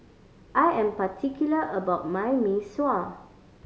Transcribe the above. I am particular about my Mee Sua